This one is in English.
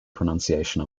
pronunciation